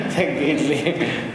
תגיד לי.